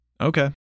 Okay